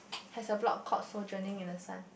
has a blog called sojourning in the sun